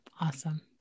Awesome